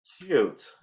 cute